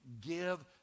give